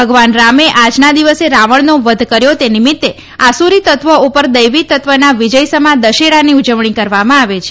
ભગવાન રામે આજના દિવસે રાવણનો વધ કર્યો તે નિમિત્તે આસુરી તત્વો ઉપર દૈવી તત્વના વિજયસમા દશેરાની ઉજવણી કરવામાં આવે છે